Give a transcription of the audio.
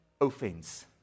offense